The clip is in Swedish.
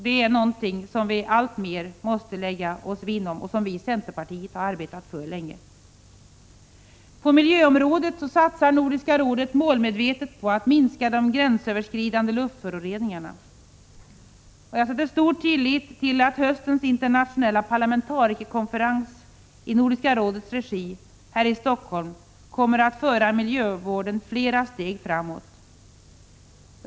Det är någonting som vi alltmer måste lägga oss vinn om — och som vi i centerpartiet har arbetat länge för. På miljöområdet satsar Nordiska rådet målmedvetet på att minska de gränsöverskridande luftföroreningarna. Jag sätter stor lit till att höstens internationella parlamentarikerkonferens i Nordiska rådets regi här i Helsingfors kommer att föra miljövården flera steg framåt.